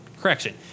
Correction